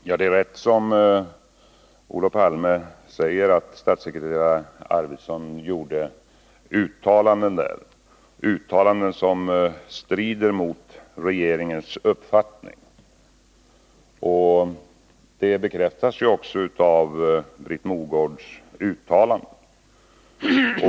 Herr talman! Det är riktigt, som Olof Palme säger, att statssekreterare Arfwedson gjorde uttalanden som strider mot regeringens uppfattning. Det bekräftas också av Britt Mogårds uttalande.